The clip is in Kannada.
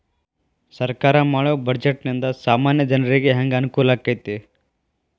ಸರ್ಕಾರಾ ಮಾಡೊ ಬಡ್ಜೆಟ ನಿಂದಾ ಸಾಮಾನ್ಯ ಜನರಿಗೆ ಹೆಂಗ ಅನುಕೂಲಕ್ಕತಿ?